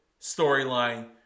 storyline